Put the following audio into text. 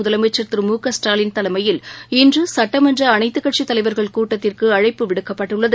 முதலமைச்சர் திரு மு க ஸ்டாலின் தலைமயில் இன்றுசட்டமன்றஅனைத்துக் கட்சித் தலைவர்கள் கூட்டத்திற்குஅழைப்பு விடுக்கப்பட்டுள்ளது